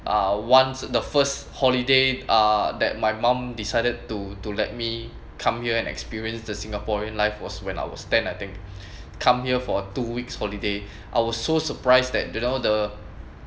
uh once the first holiday uh that my mom decided to to let me come here experiences the singaporean life was when I was ten I think come here for two weeks holiday I was so surprised that you know the